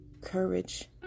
Courage